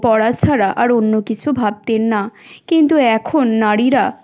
পরা ছাড়া আর অন্য কিছু ভাবতেন না কিন্তু এখন নারীরা